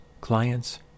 clients